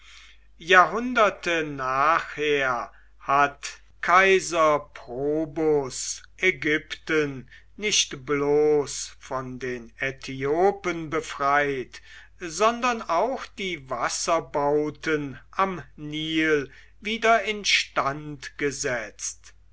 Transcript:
jahrhunderte nachher hat kaiser probus ägypten nicht bloß von den äthiopen befreit sondern auch die wasserbauten am nil wieder instand gesetzt